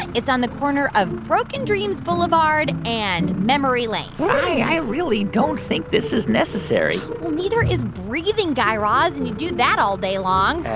it's on the corner of broken dreams boulevard and memory lane i really don't think this is necessary well, neither is breathing, guy raz, and you do that all day long.